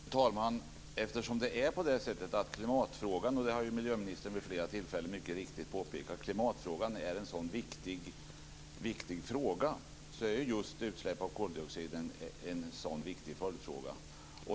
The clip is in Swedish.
Fru talman! Eftersom klimatfrågan - det har miljöministern mycket riktigt påpekat vid flera tillfällen - är en så viktig fråga är just utsläpp av koldioxid en sådan viktig följdfråga.